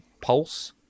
pulse